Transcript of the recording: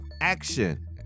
action